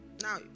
now